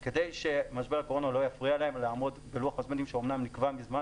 כי מה לעשות, החיבורים אינם פשוטים.